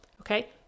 Okay